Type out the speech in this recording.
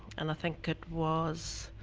and i think it was